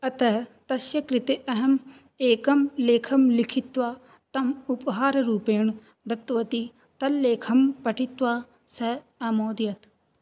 अतः तस्य कृते अहम् एकं लेखं लिखित्वा तम् उपहाररूपेण दत्तवती तल्लेखं पठित्वा सः अमोदत